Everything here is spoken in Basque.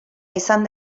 izan